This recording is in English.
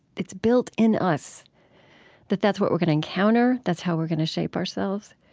it's built in us that that's what we're going to encounter, that's how we're going to shape ourselves.